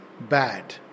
bad